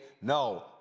no